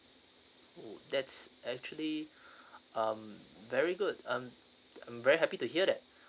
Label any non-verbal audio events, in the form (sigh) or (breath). !woo! that's actually (breath) um very good um I'm very happy to hear that